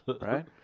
right